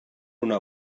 una